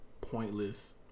pointless